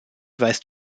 weist